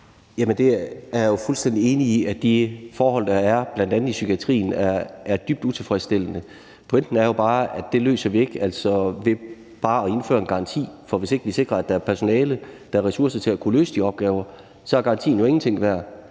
jeg jo fuldstændig enig i, nemlig at de forhold, der er i bl.a. psykiatrien, er dybt utilfredsstillende. Pointen er jo bare, at det løser vi ikke ved bare at indføre en garanti, for hvis vi ikke sikrer, at der er personale og ressourcer til at kunne løse de opgaver, er garantien ingenting værd.